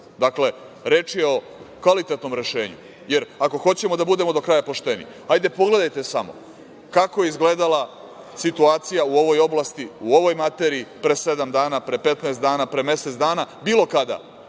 reč je o kvalitetnom rešenju, jer ako hoćemo da budemo do kraja pošteni, hajde pogledajte samo kako je izgledala situacija u ovoj oblasti, u ovoj materiji pre sedam dana, pre 15 dana, pre mesec dana, bilo kada,